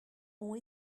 ont